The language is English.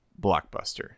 blockbuster